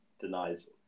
denies